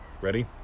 ready